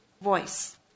voice